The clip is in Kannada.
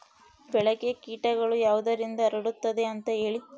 ಬೆಳೆಗೆ ಕೇಟಗಳು ಯಾವುದರಿಂದ ಹರಡುತ್ತದೆ ಅಂತಾ ಹೇಳಿ?